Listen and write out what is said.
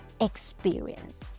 experience